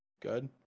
Good